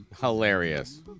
Hilarious